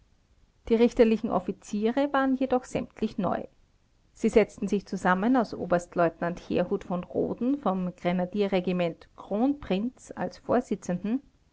die richtenlichen offiziere waren jedoch sämtlich neu sie setzten sich zusammen aus oberstleutnant herhudt v rhoden vom grenadierregiment kronprinz als vorsitzenden